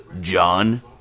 John